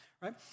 right